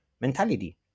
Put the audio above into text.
mentality